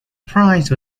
price